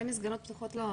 לגבי המסגרות הפתוחות לא,